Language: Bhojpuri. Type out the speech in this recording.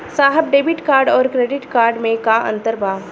साहब डेबिट कार्ड और क्रेडिट कार्ड में का अंतर बा?